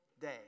day